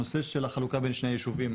הנושא של החלוקה בין שני הישובים,